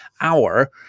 hour